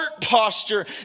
posture